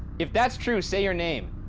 if that's true, say your name.